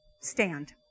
stand